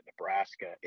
Nebraska